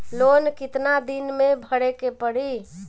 Loan कितना दिन मे भरे के पड़ी?